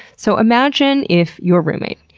so, imagine if your roommate,